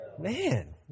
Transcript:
Man